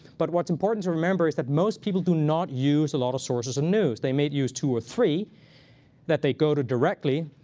but what's important to remember is that most people do not use a lot of sources of news. they might use two or three that they go to directly.